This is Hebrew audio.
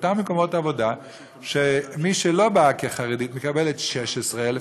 שלאותם מקומות עבודה מי שלא באה כחרדית מקבלת 16,000,